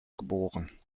geboren